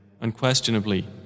Unquestionably